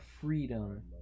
freedom